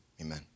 amen